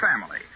family